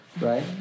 right